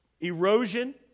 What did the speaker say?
erosion